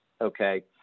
Okay